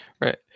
Right